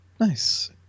Nice